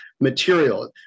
material